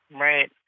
Right